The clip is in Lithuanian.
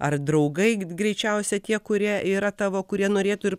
ar draugai greičiausia tie kurie yra tavo kurie norėtų ir